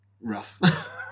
rough